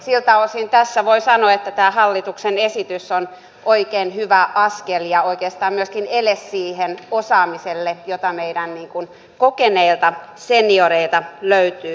siltä osin tässä voi sanoa että tämä hallituksen esitys on oikein hyvä askel ja oikeastaan myöskin ele siihen osaamiseen jota meidän kokeneilta senioreilta löytyy